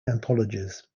anthologies